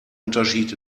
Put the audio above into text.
unterschied